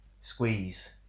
Squeeze